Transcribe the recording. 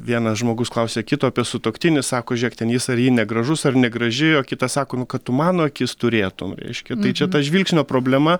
vienas žmogus klausia kito apie sutuoktinį sako žiek ten jis ar ji negražus ar negraži o kitas sako nu kad tu mano akis turėtum reiškia tai čia ta žvilgsnio problema